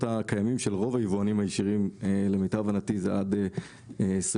הקיימים של רוב היבואנים הישירים למיטב הבנתי זה עד 2028,